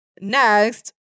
Next